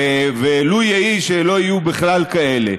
ולו יהי שלא יהיו בכלל כאלה.